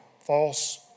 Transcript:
false